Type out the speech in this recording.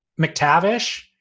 McTavish